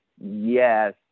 yes